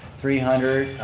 three hundred,